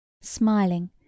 smiling